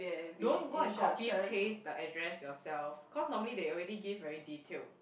don't go and copy paste the address yourself cause normally they already give very detailed